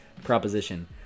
proposition